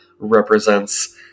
represents